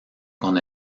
con